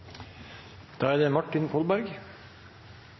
Da er det